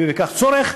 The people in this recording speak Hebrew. ואם יהיה בכך צורך,